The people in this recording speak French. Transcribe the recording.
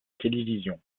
télévision